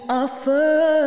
offer